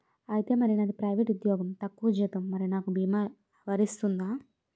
ఐతే మరి నాది ప్రైవేట్ ఉద్యోగం తక్కువ జీతం మరి నాకు అ భీమా వర్తిస్తుందా?